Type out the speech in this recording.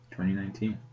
2019